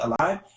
alive